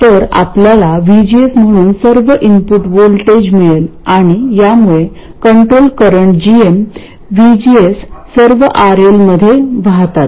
तर आपल्याला VGS म्हणून सर्व इनपुट व्होल्टेज मिळेल आणि यामुळे कंट्रोल करंट gm VGS सर्व RL मध्ये वाहतात